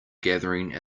gathering